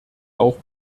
auch